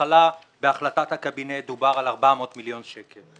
בהתחלה בהחלטת הקבינט דובר על 400 מיליון שקל,